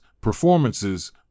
performances